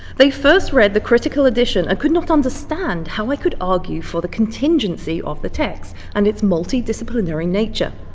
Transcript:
they first read the critical edition and i could not understand how i could argue for the contingency of the text and its multidisciplinary nature.